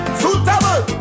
suitable